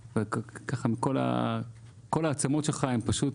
ככה מכל העצמות שלך הן פשוט